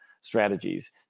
strategies